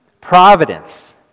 Providence